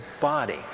body